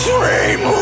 Dream